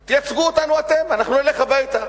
אז תייצגו אותנו אתם ואנחנו נלך הביתה,